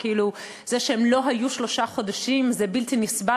שכאילו זה שהן לא היו שלושה חודשים זה בלתי נסבל,